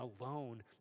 alone